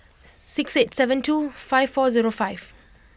six eight seven two five four zero five